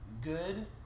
good